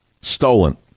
Stolen